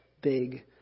big